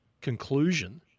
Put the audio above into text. conclusion